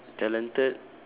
talented